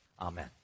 Amen